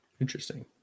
Interesting